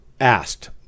asked